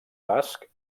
basc